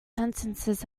sentences